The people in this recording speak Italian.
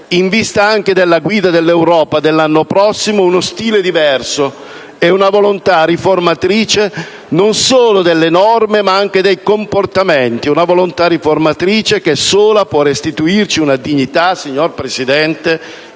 in vista della guida dell'Europa dell'anno prossimo, uno stile diverso e una volontà riformatrice non solo delle norme ma anche dei comportamenti; una volontà riformatrice che sola può restituirci una dignità, signor Presidente